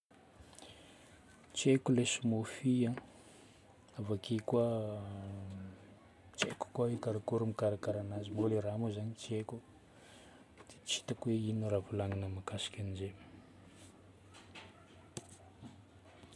Tsy haiko ilay smoothie an. Avake koa tsy haiko koa hoe karakory mikarakara ananjy, moa le raha moa zagny tsy haiko, dia tsy hitako hoe inona raha volagnina mahasika an'izay.